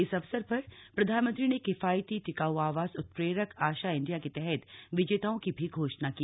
इस अवसर पर प्रधानमंत्री ने किफायती टिकाऊ आवास उत्प्रेरक आशा इंडिया के तहत विजेताओं की भी घोषणा की